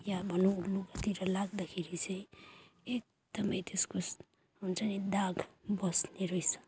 या भनौँ लुगातिर लाग्दाखेरि चाहिँ एकदमै त्यसको हुन्छ नि दाग बस्ने रहेछ